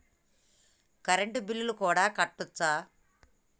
Current bill కూడా కట్టొచ్చా?